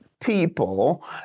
people